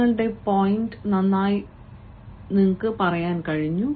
നിങ്ങളുടെ പോയിന്റ് നന്നായി ഓടിക്കാൻ കഴിഞ്ഞു